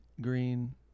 green